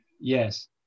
Yes